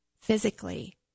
Physically